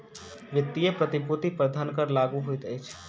वित्तीय प्रतिभूति पर धन कर लागू होइत अछि